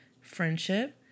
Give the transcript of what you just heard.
friendship